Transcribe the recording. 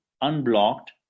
unblocked